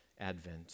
advent